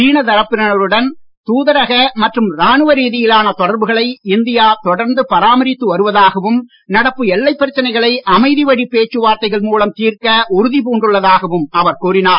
சீனத் தரப்பினருடன் தூதரக மற்றும் ராணுவ ரீதியிலான தொடர்புகளை இந்தியா தொடர்ந்து பராமரித்து வருவதாகவும் நடப்பு எல்லைப் பிரச்சனைகளை அமைதி வழிப் பேச்சு வார்த்தைகள் மூலம் தீர்க்க உறுதி பூண்டுள்ளதாகவும் அவர் கூறினார்